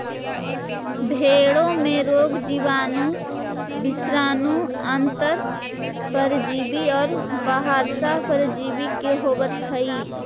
भेंड़ों में रोग जीवाणु, विषाणु, अन्तः परजीवी और बाह्य परजीवी से होवत हई